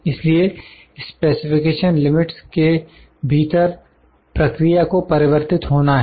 इसलिए specification limits के भीतर प्रक्रिया को परिवर्तित होना है